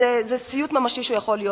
זה סיוט ממשי שיכול להיות.